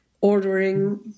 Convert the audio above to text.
ordering